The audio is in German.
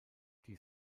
die